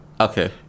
Okay